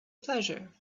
pleasure